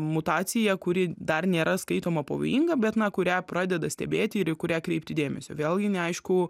mutaciją kuri dar nėra skaitoma pavojinga bet na kurią pradeda stebėti ir į kurią kreipti dėmesio vėlgi neaišku